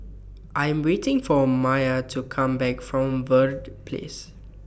I'm waiting For Mya to Come Back from Verde Place